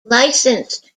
licensed